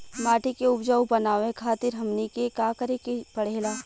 माटी के उपजाऊ बनावे खातिर हमनी के का करें के पढ़ेला?